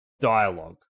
dialogue